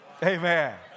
amen